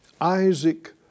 Isaac